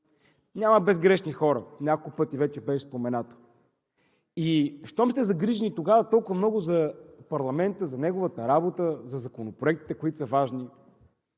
Няма безгрешни хора, няколко пъти вече беше споменато. А щом сте загрижени тогава толкова много за парламента, за неговата работа, за законопроектите, които са важни,